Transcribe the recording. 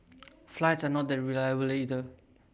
flights are not that reliable either